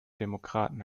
demokraten